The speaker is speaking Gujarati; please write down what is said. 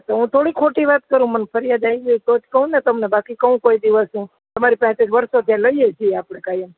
તો હું થોડી ખોટી વાત કરું મને ફરિયાદ આવી હોય તો જ કહુંને બાકી કહું કોઈ દિવસ હું તમારે પાંહેથી વર્ષોથી લઈએ છીએ આપણે કાયમ